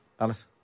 Alice